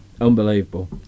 Unbelievable